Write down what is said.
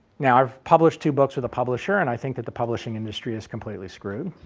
now i've published two books with a publisher and i think that the publishing industry is completely screwed.